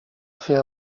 fer